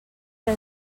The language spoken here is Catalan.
era